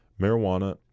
marijuana